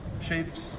shapes